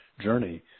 journey